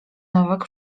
nowak